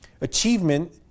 Achievement